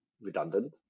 redundant